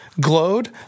glowed